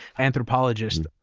anthropologist.